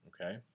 Okay